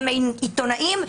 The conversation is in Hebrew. הם עיתונאים,